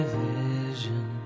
vision